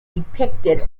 depicted